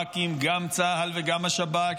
ורק אם גם צה"ל וגם השב"כ,